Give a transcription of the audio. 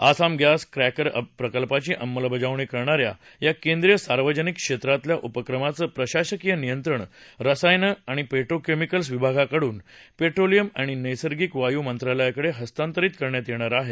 Assam gas cracker प्रकल्पाची अंमलबजावणी करणा या या केंद्रीय सार्वजनिक क्षेत्रातील उपक्रमाचं प्रशासकीय नियंत्रण रसायनं आणि पेट्रोकेमिकल्स विभागाकडून पेट्रोलियम आणि नैसर्गिक वायू मंत्रालयाकडे हस्तांतरीत करण्यात येणार आहे